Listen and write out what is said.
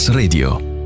radio